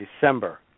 December